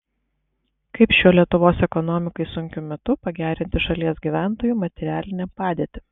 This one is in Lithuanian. kaip šiuo lietuvos ekonomikai sunkiu metu pagerinti šalies gyventojų materialinę padėtį